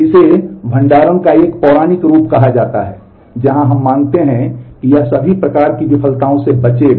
इसे भंडारण का एक पौराणिक रूप कहा जाता है जहां हम मानते हैं कि यह सभी प्रकार की विफलताओं से बचेगा